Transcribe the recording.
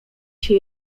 się